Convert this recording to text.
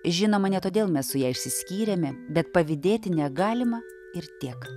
žinoma ne todėl mes su ja išsiskyrėme bet pavydėti negalima ir tiek